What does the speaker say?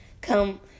come